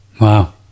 wow